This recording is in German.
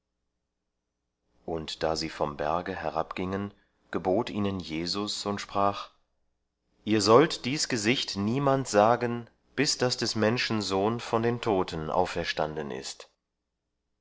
und da sie vom berge herabgingen gebot ihnen jesus und sprach ihr sollt dies gesicht niemand sagen bis das des menschen sohn von den toten auferstanden ist